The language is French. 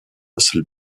muscle